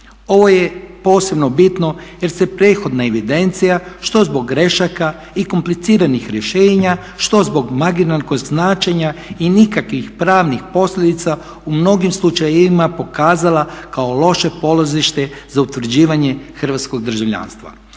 Ovo je posebno bitno jer se prethodna evidencija što zbog grešaka i kompliciranih rješenja, što zbog maginarnog značenja i nikakvih pravnih posljedica u mnogim slučajevima pokazala kao loše polazište za utvrđivanje hrvatskog državljanstva.